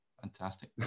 Fantastic